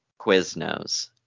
Quiznos